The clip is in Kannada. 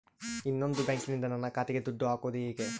ಇನ್ನೊಂದು ಬ್ಯಾಂಕಿನಿಂದ ನನ್ನ ಖಾತೆಗೆ ದುಡ್ಡು ಹಾಕೋದು ಹೇಗೆ?